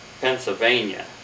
Pennsylvania